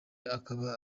akaba